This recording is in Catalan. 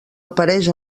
apareix